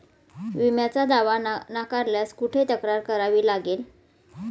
विम्याचा दावा नाकारल्यास कुठे तक्रार करावी लागेल?